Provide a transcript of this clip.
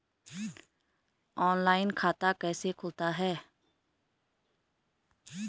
Online खाता कैसे खुलता है?